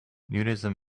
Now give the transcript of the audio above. nudism